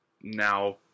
now